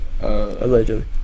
allegedly